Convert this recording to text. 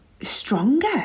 stronger